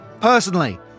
personally